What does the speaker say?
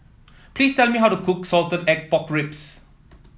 please tell me how to cook Salted Egg Pork Ribs